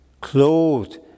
Clothed